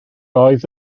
oedd